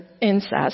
incest